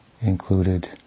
included